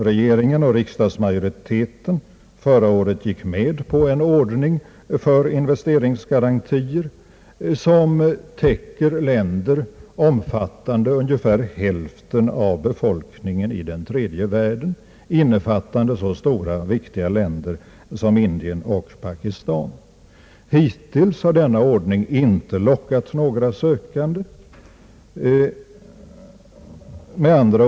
Regeringen och riksdagsmajoriteten gick förra året med på en ordning för investeringsgarantier som täcker ungefär hälften av befolk ningen i den tredje världen, innefattande så stora och viktiga länder som Indien och Pakistan, Hittills har denna ordning inte lockat några sökande.